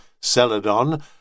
Celadon